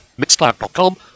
Mixcloud.com